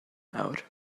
nawr